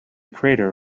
crater